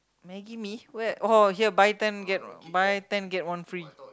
maggi-mee where oh here buy ten get buy ten get one free